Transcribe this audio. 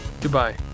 Goodbye